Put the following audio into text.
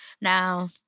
now